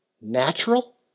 natural